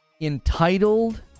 entitled